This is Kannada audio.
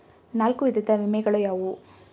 ನಾಲ್ಕು ವಿಧದ ವಿಮೆಗಳು ಯಾವುವು?